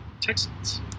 Texans